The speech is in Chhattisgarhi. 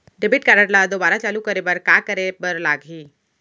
डेबिट कारड ला दोबारा चालू करे बर का करे बर लागही?